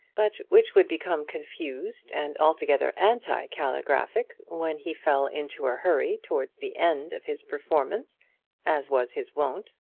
but which would become confused and altogether anti-caligraphic when he fell into a hurry towards the end of his performance as was his wont.